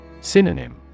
Synonym